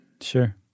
Sure